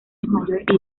mayor